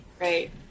right